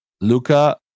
Luca